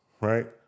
right